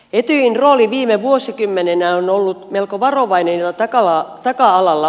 etyjin rooli viime vuosikymmeninä on ollut melko varovaista taka alalla oloa